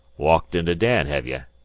walked into dan, hev ye?